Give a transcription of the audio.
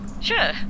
Sure